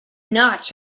not